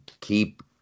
Keep